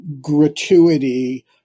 gratuity